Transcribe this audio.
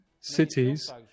cities